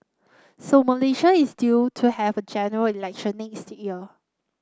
so Malaysia is due to have a General Election next year